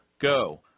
Go